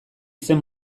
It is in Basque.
zen